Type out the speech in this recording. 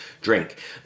drink